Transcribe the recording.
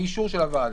באישור של הוועדה.